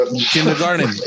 kindergarten